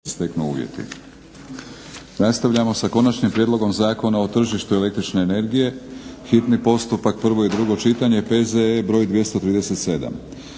Josip (SDP)** Konačni prijedlog Zakona o tržištu električne energije, hitni postupak, prvo i drugo čitanje, PZE br. 237.